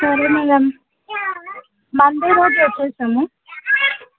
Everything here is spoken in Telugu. సరే మ్యాడం మండే రోజు వచ్చేస్తాము